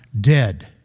dead